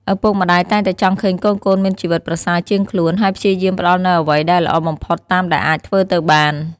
ឪពុកម្ដាយតែងតែចង់ឃើញកូនៗមានជីវិតប្រសើរជាងខ្លួន ហើយព្យាយាមផ្ដល់នូវអ្វីដែលល្អបំផុតតាមដែលអាចធ្វើទៅបាន។